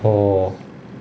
orh